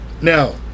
now